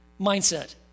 mindset